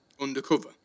Undercover